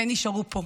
והן נשארו פה,